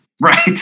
Right